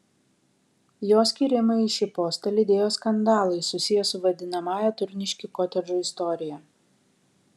jo skyrimą į šį postą lydėjo skandalai susiję su vadinamąja turniškių kotedžų istorija